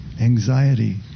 anxiety